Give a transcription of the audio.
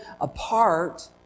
apart